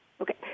Okay